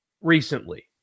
recently